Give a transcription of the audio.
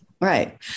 Right